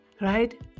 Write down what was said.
Right